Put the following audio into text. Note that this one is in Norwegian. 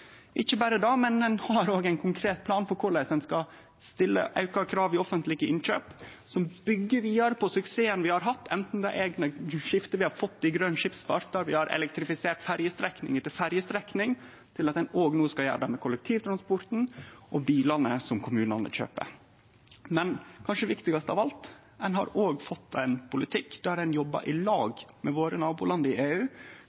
Ikkje berre det – ein har òg ein konkret plan for korleis ein skal stille auka krav i offentlege innkjøp som byggjer vidare på suksessen vi har hatt, anten det er med skiftet vi har fått i grøn skipsfart, der vi har elektrifisert ferjestrekning etter ferjestrekning, eller det er at ein no òg skal gjere det med kollektivtransporten og bilane som kommunane kjøper. Men kanskje viktigast av alt: Ein har òg fått ein politikk der ein jobbar konkret i